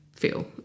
feel